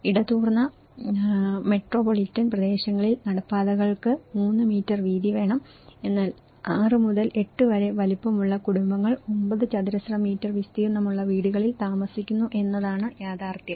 ഇടതൂർന്ന മെട്രോപൊളിറ്റൻ പ്രദേശങ്ങളിൽ നടപ്പാതകൾക്ക് 3 മീറ്റർ വീതി വേണം എന്നാൽ 6 മുതൽ 8 വരെ വലുപ്പമുള്ള കുടുംബങ്ങൾ 9 ചതുരശ്ര മീറ്റർ വിസ്തീർണ്ണമുള്ള വീടുകളിൽ താമസിക്കുന്നു എന്നതാണ് യാഥാർത്ഥ്യം